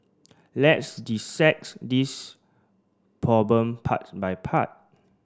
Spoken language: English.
let's dissect this problem part by part